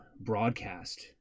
broadcast